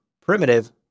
primitive